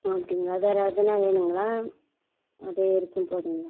ஓ அப்படிங்களா வேறு எதனா வேணுங்களா அதே வரைக்கும் போதுங்களா